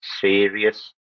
Serious